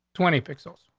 twenty pixels.